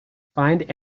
find